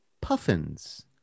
puffins